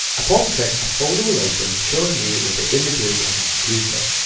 upon click a folder will open showing me where the image is on my computer.